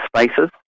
spaces